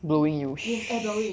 blowing you